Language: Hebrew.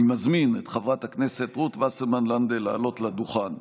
אני מזמין את חברת הכנסת רות וסרמן לנדה לעלות לדוכן.